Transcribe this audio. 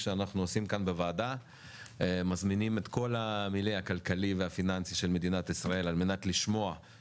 אנחנו עושים צעדים כדי לשלב אותם בתוך החברה ובתוך שוק התעסוקה.